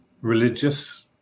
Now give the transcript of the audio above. religious